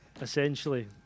essentially